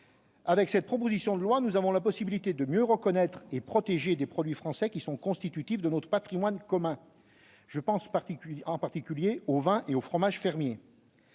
Avec cette proposition de loi, nous avons la possibilité de mieux reconnaître et protéger des produits français qui sont constitutifs de notre patrimoine commun. Je pense, en particulier, aux vins et aux fromages fermiers.